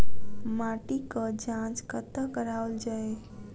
माटिक जाँच कतह कराओल जाए?